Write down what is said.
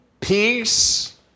Peace